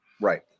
Right